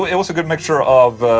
it was a good mixture of.